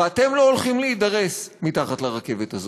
ואתם לא הולכים להידרס מתחת לרכבת הזאת.